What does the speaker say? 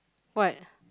what